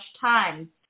time